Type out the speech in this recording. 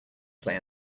play